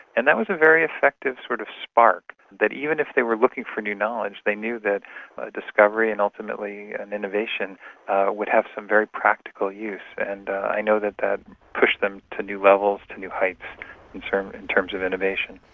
and that was a very effective sort of spark, that even if they were looking for new knowledge, they knew that discovery and ultimately an innovation would have some very practical use. and i know that that pushed them to new levels, to new heights in terms of innovation.